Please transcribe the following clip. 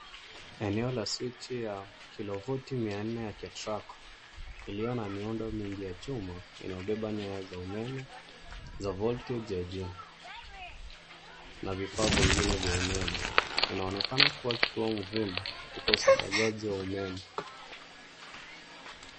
Eneo la swichi ya kilovuti mia nne ya KETRACO, iliyo na miundo mingi ya chuma yenye hubeba nyaya za umeme za voltage ya juu na vifaa vingine vya umeme. Inaonekana kuwa kituo muhimu katika usambazaji wa umeme.